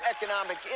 economic